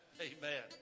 Amen